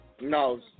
No